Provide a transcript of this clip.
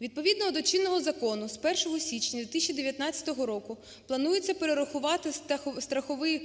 Відповідно до чинного закону з 1 січня 2019 року планується перерахувати страховий…